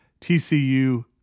TCU